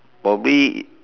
probably